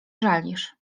żalisz